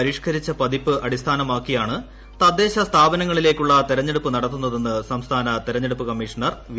പരിഷ്ക്കരിച്ച പതിപ്പ് അടിസ്ഥാനമാക്കിയാണ് തദ്ദേശ സ്ഥാപനങ്ങളിലേക്കുള്ള തെരഞ്ഞെടുപ്പ് നടത്തുന്നതെന്ന് സംസ്ഥാന തെരുണ്ഞെടുപ്പ് കമ്മീഷണർ വി